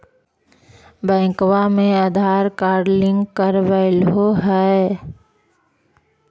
बैंकवा मे Aadhaar card link करवैलहो है?